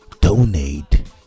Donate